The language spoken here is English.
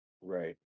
Right